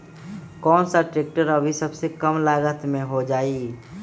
कौन सा ट्रैक्टर अभी सबसे कम लागत में हो जाइ?